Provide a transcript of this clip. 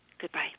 Goodbye